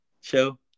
show